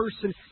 person